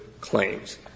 claims